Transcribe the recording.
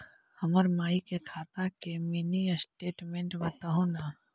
हमर माई के खाता के मीनी स्टेटमेंट बतहु तो?